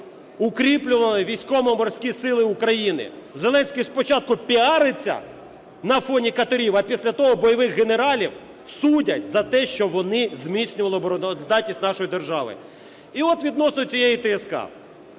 укріплювали Військово-Морські Сили України7 Зеленський спочатку піариться на фоні катерів, а після того бойових генералів судять за те, що вони зміцнювали оборону здатність нашої держави. І от відносно цієї ТСК.